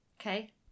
Okay